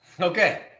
okay